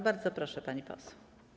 Bardzo proszę, pani poseł.